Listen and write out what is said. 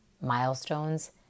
milestones